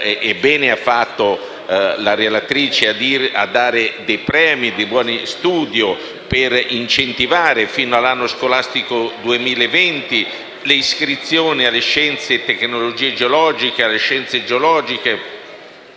bene ha fatto la relatrice a prevedere premi e buoni studio per incentivare, fino all'anno scolastico 2020, le iscrizioni alle facoltà di scienze e tecnologie geologiche, scienze geologiche